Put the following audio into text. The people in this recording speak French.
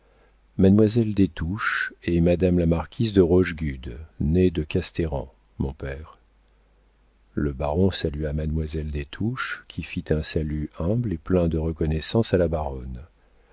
mademoiselle des touches et madame la marquise de rochegude née de casteran mon père le baron salua mademoiselle des touches qui fit un salut humble et plein de reconnaissance à la baronne